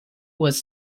was